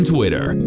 Twitter